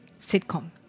sitcom